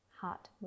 Heart